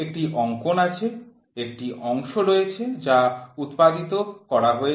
একটি অঙ্কন আছে একটি অংশ রয়েছে যা উৎপাদিত করা হয়েছে